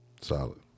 Solid